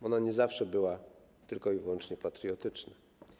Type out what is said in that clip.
Ona nie zawsze była tylko i wyłącznie patriotyczna.